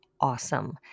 awesome